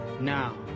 now